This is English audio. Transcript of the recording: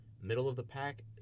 middle-of-the-pack